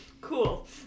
cool